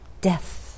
Death